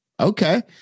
okay